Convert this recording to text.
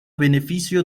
beneficio